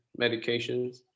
medications